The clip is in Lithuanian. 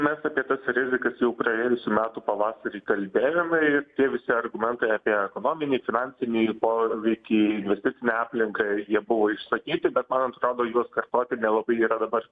mes apie tas rizikas jau praėjusių metų pavasarį kalbėjome ir tie visi argumentai apie ekonominį finansinį poveikį investicinę aplinką jie buvo išsakyti bet man atrodo juos kartoti nelabai yra dabar